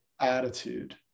attitude